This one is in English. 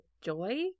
joy